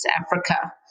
Africa